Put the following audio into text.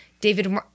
David